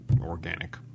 organic